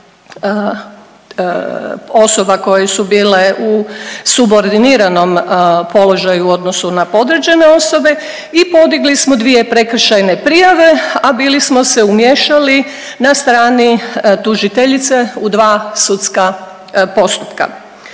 osoba koje su bile u subordiniranom položaju u odnosu na podređene osobe i podigli smo 2 prekršajne prijave, a bili smo se umiješali na strani tužiteljice u 2 sudska postupka.